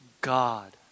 God